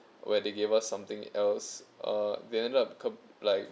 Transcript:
where they gave us something else uh then a cou~ like